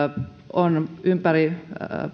on ympäri